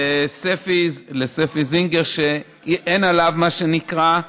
לספי זינגר, אין עליו, מה שנקרא,